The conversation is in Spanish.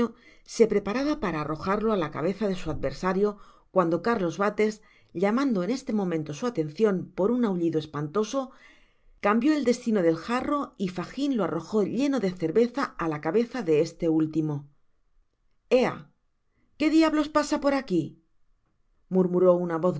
se preparaba para arrojarlo á la cabeza de su adver sario cuando cárlos bates llamando enieslemomento su atencion por un ahuilido espantoso cambió el destino del jarro y fagin lo arrojo heno de cerveza á la cabeza de este último ea que diablos pasa ahora aqui murmuró una